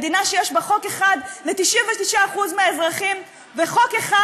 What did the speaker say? מדינה שיש בה חוק אחד ל-99% מהאזרחים וחוק אחד,